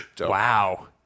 wow